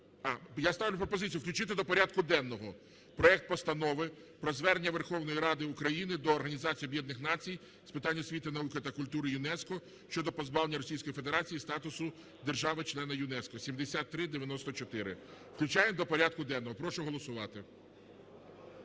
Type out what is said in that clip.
Я ставлю пропозицію включити до порядку денного проект Постанови про Звернення Верховної Ради України до Організації Об'єднаних Націй з питань освіти, науки та культури (ЮНЕСКО) щодо позбавлення Російської Федерації статусу держави-члена ЮНЕСКО (7394). Включаємо до порядку денного. Прошу голосувати.